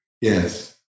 Yes